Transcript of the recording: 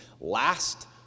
last